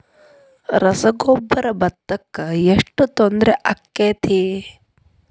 ರಸಗೊಬ್ಬರ, ಭತ್ತಕ್ಕ ಎಷ್ಟ ತೊಂದರೆ ಆಕ್ಕೆತಿ?